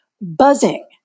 buzzing